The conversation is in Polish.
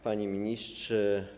Panie Ministrze!